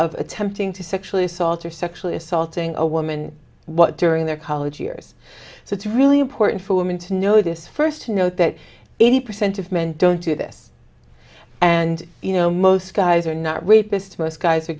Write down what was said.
of attempting to sexually assault or sexually assaulting a woman what during their college years so it's really important for women to know this first to know that eighty percent of men don't do this and you know most guys are not rapists most guys are